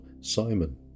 Simon